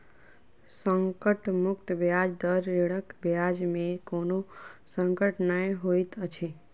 संकट मुक्त ब्याज दर में ऋणक ब्याज में कोनो संकट नै होइत अछि